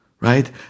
right